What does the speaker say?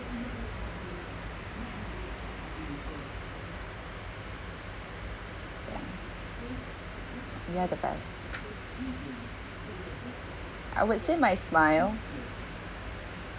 you're the best I would say my smile